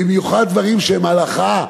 במיוחד דברים שהם הלכה,